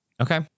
okay